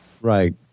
right